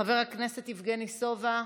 חבר הכנסת יבגני סובה,